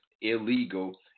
illegal